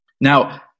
Now